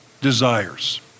desires